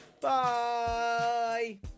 Bye